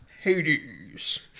Hades